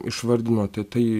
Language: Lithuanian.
išvardinote tai